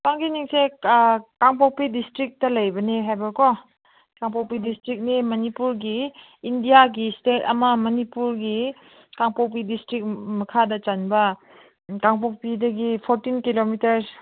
ꯆꯨꯔꯥꯡꯀꯤꯅꯤꯡꯁꯦ Kangpokpi district ꯂꯩꯕꯅꯦ ꯍꯥꯏꯕꯀꯣ ꯀꯥꯡꯄꯣꯛꯄꯤ ꯗꯤꯁꯇ꯭ꯔꯤꯛꯅꯦ ꯃꯅꯤꯄꯨꯔꯒꯤ ꯏꯟꯗꯤꯌꯥꯒꯤ ꯏꯁꯇꯦꯠ ꯑꯃ ꯃꯅꯤꯄꯨꯔꯒꯤ ꯀꯥꯡꯄꯣꯛꯄꯤ ꯗꯤꯁꯇ꯭ꯔꯤꯛ ꯃꯈꯥꯗ ꯆꯟꯕ ꯀꯥꯡꯄꯣꯛꯄꯤꯗꯒꯤ ꯐꯣꯔꯇꯤꯟ ꯀꯤꯂꯣꯃꯤꯇꯔꯁ